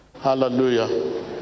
hallelujah